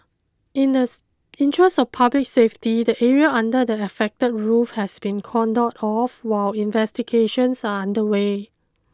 in the interest of public safety the area under the affected roof has been cordoned off while investigations are underway